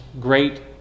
great